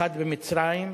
אחת במצרים.